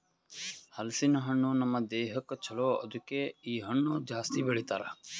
ಹಲಸಿನ ಹಣ್ಣು ನಮ್ ದೇಹಕ್ ಛಲೋ ಅದುಕೆ ಇ ಹಣ್ಣು ಜಾಸ್ತಿ ಬೆಳಿತಾರ್